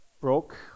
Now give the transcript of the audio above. broke